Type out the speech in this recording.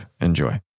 Enjoy